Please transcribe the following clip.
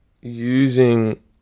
using